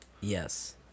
yes